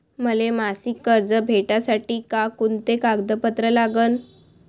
मले मासिक कर्ज भेटासाठी का कुंते कागदपत्र लागन?